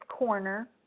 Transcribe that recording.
corner